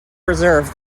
reserve